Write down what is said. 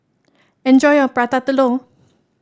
enjoy your Prata Telur